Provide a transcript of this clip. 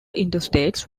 interstates